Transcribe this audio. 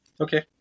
okay